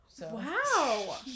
Wow